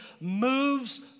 moves